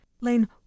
Lane